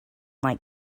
like